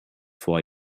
vor